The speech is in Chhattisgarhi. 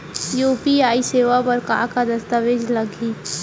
यू.पी.आई सेवा बर का का दस्तावेज लागही?